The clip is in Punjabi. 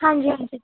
ਹਾਂਜੀ ਹਾਂਜੀ